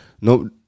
no